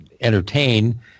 entertain